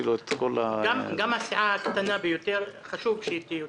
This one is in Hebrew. גם הסיעה הקטנה ביותר חשוב שתיוצג.